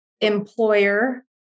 employer